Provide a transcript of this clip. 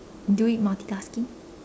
do it multitasking